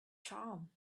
charm